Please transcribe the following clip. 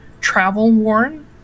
travel-worn